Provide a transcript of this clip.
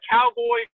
Cowboy